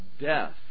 death